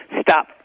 Stop